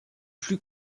plus